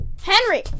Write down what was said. Henry